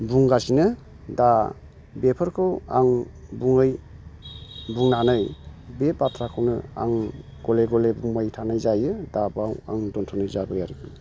बुंगासिनो दा बेफोरखौ आं बुङै बुंनानै बे बाथ्राखौनो आं गले गले बुंबाय थानाय जायो दा बाव आं दोन्थ'नाय जाबाय आरोखि